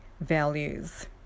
values